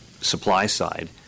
supply-side